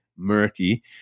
murky